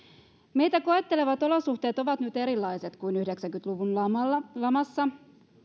meitä koettelevat olosuhteet ovat nyt erilaiset kuin yhdeksänkymmentä luvun lamassa lamassa